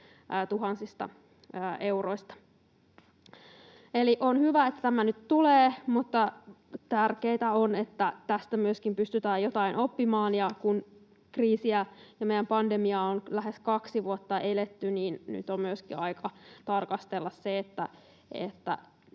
tuhansista euroista. Eli on hyvä, että tämä nyt tulee, mutta tärkeätä on, että tästä myöskin pystytään jotain oppimaan. Kun kriisiä ja meidän pandemiaa on lähes kaksi vuotta eletty, niin nyt on myöskin aika tarkastella sitä, että